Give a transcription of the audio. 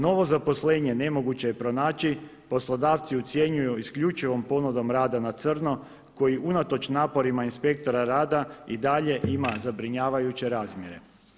Novo zaposlenje ne moguće je pronaći, poslodavci ucjenjuju isključivom ponudom rada na crno koji unatoč naporima inspektora rada i dalje ima zabrinjavajuće razmjere.